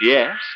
Yes